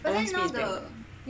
Honestbee is better